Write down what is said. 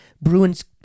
Bruins